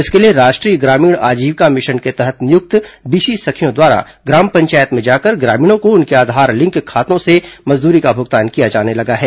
इसके लिए राष्ट्र ीय ग्रामीण आजीविका मिशन के तहत नियुक्त बीसी सखियों द्वारा ग्राम पंचायत में जाकर ग्रामीणों को उनके आधार लिंक खातों से मजदूरी का भुगतान किया जाने लगा है